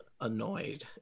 annoyed